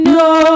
no